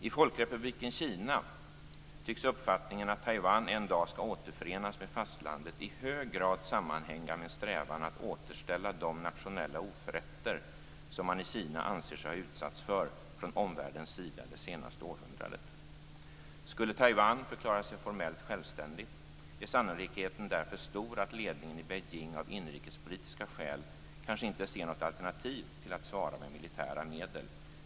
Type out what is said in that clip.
I Folkrepubliken Kina tycks uppfattningen att Taiwan en dag skall återförenas med fastlandet i hög grad sammanhänga med strävan att återställa de nationella oförrätter som man i Kina anser sig ha utsatts för från omvärldens sida det senaste århundradet. Skulle Taiwan förklara sig formellt självständigt är sannolikheten därför stor att ledningen i Beijing av inrikespolitiska skäl kanske inte ser något alternativ till att svara med militära medel.